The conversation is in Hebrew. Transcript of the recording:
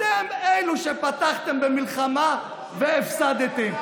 אתם אלו שפתחתם במלחמה והפסדתם,